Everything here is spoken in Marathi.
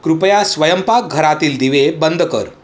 कृपया स्वयंपाकघरातील दिवे बंद कर